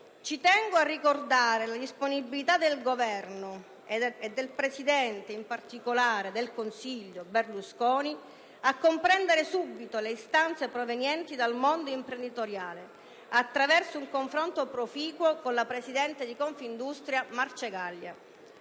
Ci tengo a ricordare la disponibilità del Governo e del presidente del Consiglio Berlusconi in particolare a comprendere subito le istanze provenienti dal mondo imprenditoriale, attraverso un confronto proficuo con la presidente di Confindustria Marcegaglia.